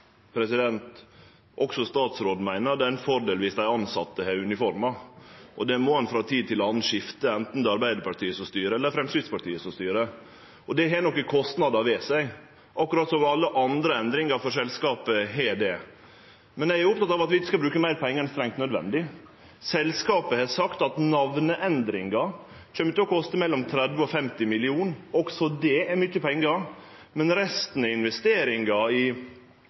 Også statsråden meiner det er ein fordel om dei tilsette har uniformer, og dei må ein frå tid til anna skifte anten det er Arbeidarpartiet som styrer, eller det er Framstegspartiet som styrer. Det har nokre kostnader ved seg, akkurat som alle andre endringar for selskapet har det. Men eg er oppteken av at vi ikkje skal bruke meir pengar enn strengt nødvendig. Selskapet har sagt at navneendringa kjem til å koste mellom 30 og 50 mill. kr. Også det er mykje pengar, men resten er investeringar i